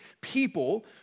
people